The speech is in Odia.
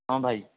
ହଁ ଭାଇ